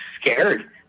scared